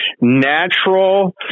natural